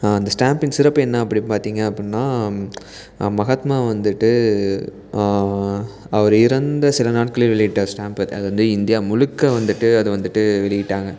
அந்த ஸ்டாம்ப்பின் சிறப்பு என்ன அப்படி பார்த்தீங்க அப்புடினா மகாத்மா வந்துட்டு அவர் இறந்த சில நாட்களே வெளியிட்ட ஸ்டாம்ப்பு அது அது வந்து இந்தியா முழுக்க வந்துட்டு அது வந்துட்டு வெளியிட்டாங்க